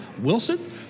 Wilson